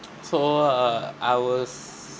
so uh I was